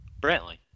Brantley